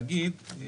לתאגיד